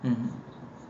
mmhmm